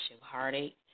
heartache